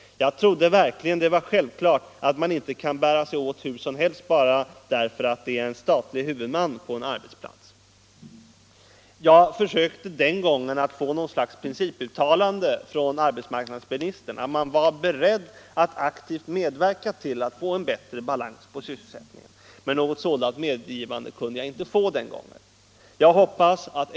Jag trodde verkligen det var självklart att man inte kan bära sig åt hur som helst bara därför att det är en statlig huvudman på en arbetsplats.” Jag försökte den gången att få något slags principuttalande av arbetsmarknadsministern om att han var beredd att medverka till att få en bättre balans på sysselsättningen, men något sådant medgivande kunde jag inte få.